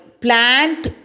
plant